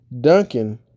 Duncan